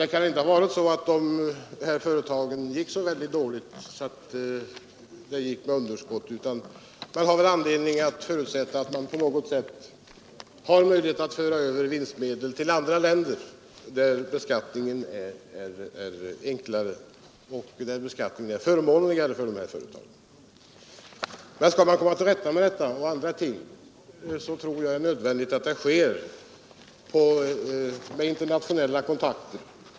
Det kan inte ha varit så att dessa företag gick så dåligt att det uppstod underskott, utan man har anledning att förutsätta att de på något sätt har möjlighet att föra över vinstmedel till andra länder, där beskattningen är förmånligare för dem. Men skall man komma till rätta med detta och annat tror jag det är nödvändigt att det sker genom internationella kontakter.